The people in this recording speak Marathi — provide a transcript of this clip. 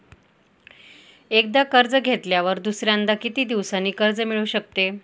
एकदा कर्ज घेतल्यावर दुसऱ्यांदा किती दिवसांनी कर्ज मिळू शकते?